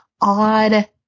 odd